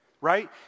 right